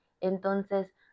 Entonces